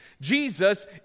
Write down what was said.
jesus